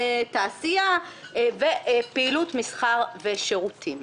תעשייה ופעילות מסחר ושירותים.